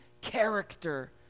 character